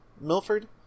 Milford